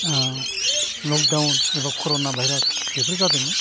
lockdown एबा करना virus बेफोर जादोंमोन